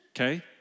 Okay